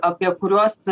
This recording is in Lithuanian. apie kuriuos